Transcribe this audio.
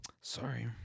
Sorry